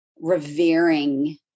revering